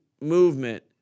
movement